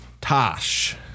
Tosh